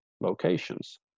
locations